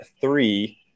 three